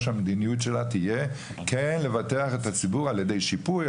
שהמדיניות שלה תהיה לבטח את הציבור על ידי שיפוי,